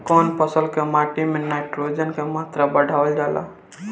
कवना फसल से माटी में नाइट्रोजन के मात्रा बढ़ावल जाला?